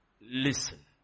listen